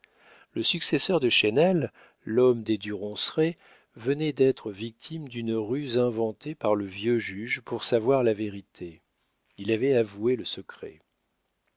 le successeur de chesnel l'homme des du ronceret venait d'être victime d'une ruse inventée par le vieux juge pour savoir la vérité il avait avoué le secret